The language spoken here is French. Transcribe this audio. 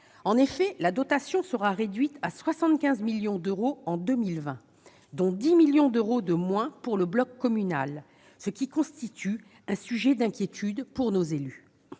Ainsi, la dotation sera réduite à 75 millions d'euros en 2020, dont 10 millions d'euros en moins pour le bloc communal, ce qui constitue un sujet d'inquiétude pour les élus.